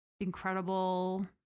incredible